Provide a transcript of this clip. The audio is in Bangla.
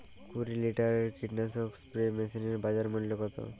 কুরি লিটারের কীটনাশক স্প্রে মেশিনের বাজার মূল্য কতো?